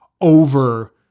over